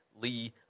Lee